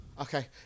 okay